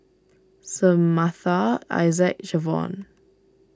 Samatha Isaac Jevon